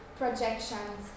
projections